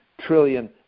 trillion